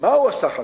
מה הוא הסך הכול.